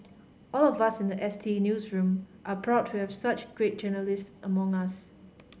all of us in the S T newsroom are proud to have such great journalists among us